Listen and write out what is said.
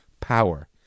power